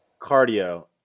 Cardio